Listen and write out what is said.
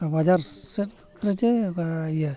ᱵᱟᱡᱟᱨ ᱥᱮᱫ ᱠᱚᱨᱮ ᱪᱮ ᱚᱠᱟ ᱤᱭᱟᱹ